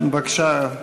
בבקשה,